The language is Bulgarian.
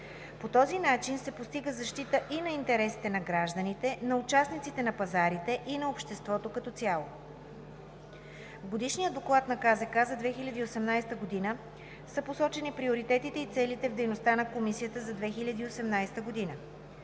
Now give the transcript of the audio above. По този начин се постига защита и на интересите на гражданите, на участниците на пазарите и на обществото като цяло. В Годишния доклад на КЗК за 2018 г. са посочени приоритетите и целите в дейността на Комисията за 2018 г.